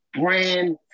brand